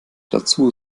dazu